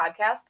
podcast